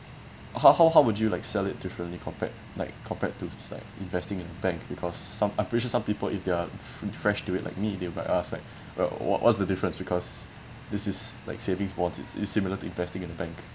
how how how would you like sell it differently compared like compared to like investing in bank because some I'm pretty sure some people if they're fre~ fresh to it like me they will ask like wha~ what's the difference because this is like savings bonds it's it's similar to investing in a bank